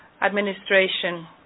administration